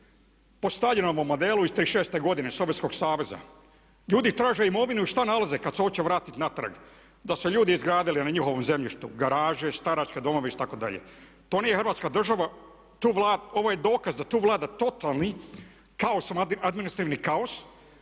po Staljinovom modelu iz '36. godine Sovjetskog saveza. Ljudi traže imovinu, šta nalaze kada se hoće vratiti natrag? Da su izgradili na njihovom zemljištu garaže, staračke domove itd.. To nije Hrvatska država, ovo je dokaz da tu vlada totalni kaos, administrativni kaos,